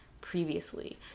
previously